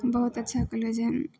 बहुत अच्छा कॉलेज हइ